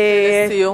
ולסיום.